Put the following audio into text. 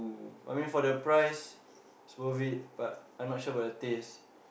I mean for the price it's worth it but I not sure about the taste